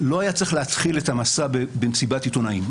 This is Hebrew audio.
לא היה צריך להתחיל את המסע במסיבת עיתונאים,